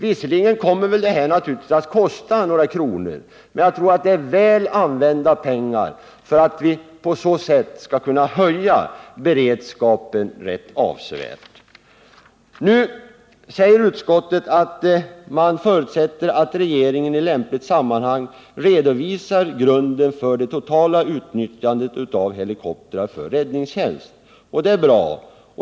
Visserligen kommer det att kosta några kronor, men jag tror att det är väl använda pengar med tanke på att beredskapen kommer att kunna höjas rätt avsevärt. Utskottet förutsätter att regeringen i lämpligt sammanhang redovisar grunden för det totala utnyttjandet av helikoptrar för räddningstjänst, och det är bra.